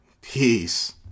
Peace